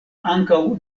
ankaŭ